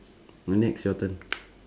the next your turn